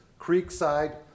Creekside